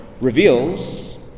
reveals